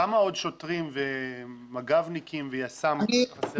לכמה עוד שוטרים ומג"בניקים ויס"מ חסר?